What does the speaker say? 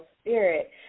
spirit